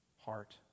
heart